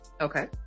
Okay